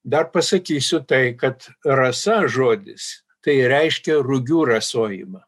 dar pasakysiu tai kad rasa žodis tai reiškia rugių rasojimą